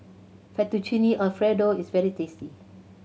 Fettuccine Alfredo is very tasty